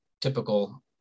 typical